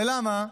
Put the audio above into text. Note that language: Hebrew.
ולמה?